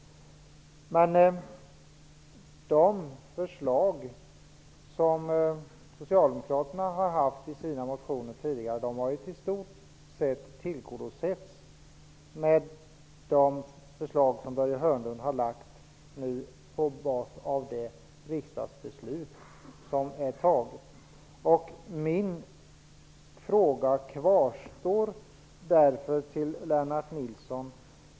De förslag som Socialdemokraterna har lagt fram i sina motioner tidigare har i stort sett tillgodosetts med de förslag som Börje Hörnlund har lagt fram. De grundar sig på det beslut som riksdagen fattat. Min fråga till Lennart Nilsson kvarstår därför.